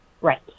Right